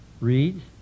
reads